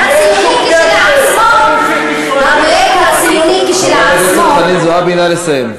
חברת הכנסת חנין זועבי, נא לסיים.